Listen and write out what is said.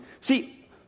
See